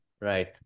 Right